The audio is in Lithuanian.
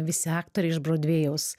visi aktoriai iš brodvėjaus